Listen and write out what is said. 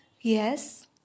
Yes